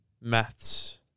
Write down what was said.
maths